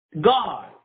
God